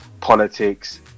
politics